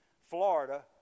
Florida